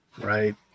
right